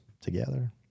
together